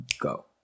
go